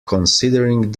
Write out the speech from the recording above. considering